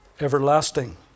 everlasting